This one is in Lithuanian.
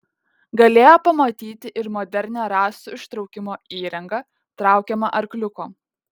galėjo pamatyti ir modernią rąstų ištraukimo įrangą traukiamą arkliuko